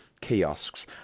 kiosks